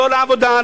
לא לעבודה,